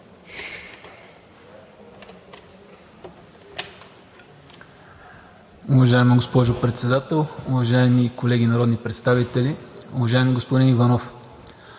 Уважаема госпожо Председател, уважаеми колеги народни представители! Уважаеми господин Иванов,